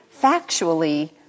factually